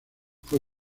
fue